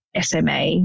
SMA